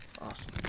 awesome